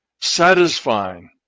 satisfying